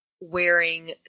wearing